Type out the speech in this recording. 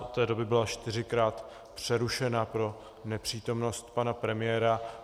Od té doby byla čtyřikrát přerušena pro nepřítomnost pana premiéra.